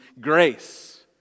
grace